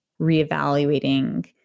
reevaluating